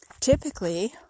Typically